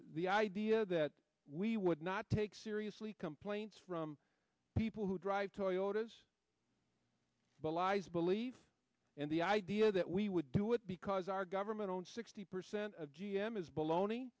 the idea that we would not take seriously complaints from people who drive toyotas belies belief and the idea that we would do it because our government owns sixty percent of g m is baloney